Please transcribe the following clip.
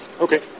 Okay